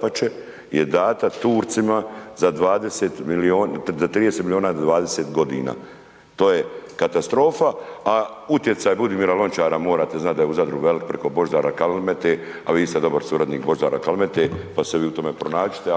dapače, je dana Turcima za 20, 30 milijuna na 20 g. to je katastrofa. A utjecaj Budimira Lončara, morate znati da je u Zadru velik preko Božidara Kalmete a vi ste dobar suradnik Božidara Kalmeta pa se vi u tome pronađite.